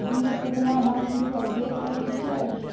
Bill केतना बाँकी छै देख सके छियै?